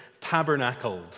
tabernacled